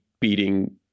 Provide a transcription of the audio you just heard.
beating